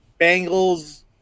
Bengals